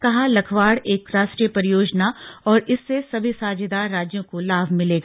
कहा लखवाड़ एक राष्ट्रीय परियोजना और इससे सभी साझेदार राज्यों को लाभ मिलेगा